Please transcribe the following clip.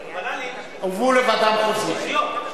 הוול"לים, הובאו לוועדה מחוזית.